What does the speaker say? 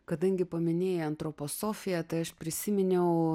kadangi paminėjai antroposofiją tai aš prisiminiau